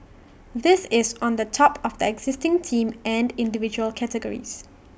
this is on the top of the existing team and individual categories